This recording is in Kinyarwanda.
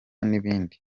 n’ibindi